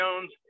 Jones